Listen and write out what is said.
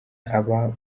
angana